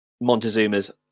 Montezuma's